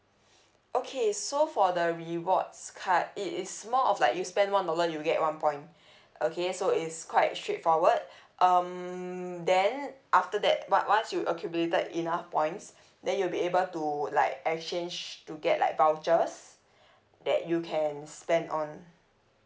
okay so for the rewards card it is more of like you spend one dollar you get one point okay so it's quite straightforward um then after that o~ once you accumulated enough points then you'll be able to like exchange to get like vouchers that you can spend on